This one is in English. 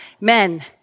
men